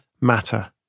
matter